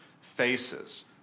faces